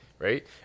Right